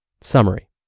Summary